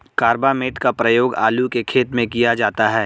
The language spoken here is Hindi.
कार्बामेट का प्रयोग आलू के खेत में किया जाता है